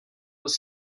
was